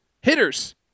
hitters